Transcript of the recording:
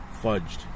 fudged